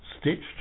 stitched